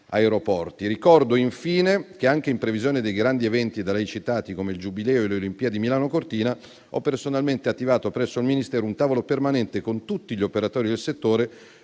aeroporti. Ricordo infine che, anche in previsione dei grandi eventi da lei citati come il Giubileo e le Olimpiadi Milano-Cortina, ho personalmente attivato presso il Ministero un tavolo permanente con tutti gli operatori del settore